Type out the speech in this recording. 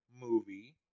movie